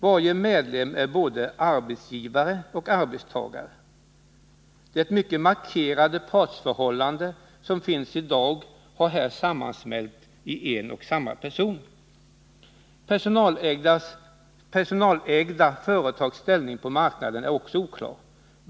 Varje medlem är både arbetsgivare och arbetstagare. Det mycket markerade partsförhållande som finns i dag har här sammansmält i en och samma person. Personalägda företags ställning på marknaden är också oklar.